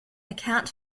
account